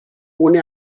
ohne